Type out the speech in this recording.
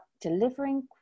delivering